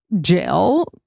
jail